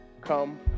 come